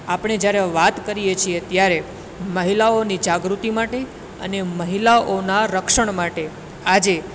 આપણે જ્યારે વાત કરીએ છે ત્યારે મહિલાઓની જાગૃતિ માટે અને મહિલાઓના રક્ષણ માટે આજે